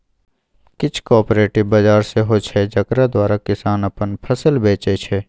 किछ कॉपरेटिव बजार सेहो छै जकरा द्वारा किसान अपन फसिल बेचै छै